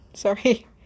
Sorry